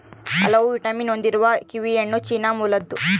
ಹಲವು ವಿಟಮಿನ್ ಹೊಂದಿರುವ ಕಿವಿಹಣ್ಣು ಚೀನಾ ಮೂಲದ್ದು